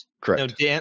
Correct